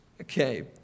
Okay